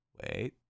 Wait